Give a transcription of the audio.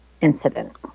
incident